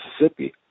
Mississippi